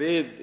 við